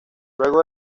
luego